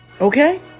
Okay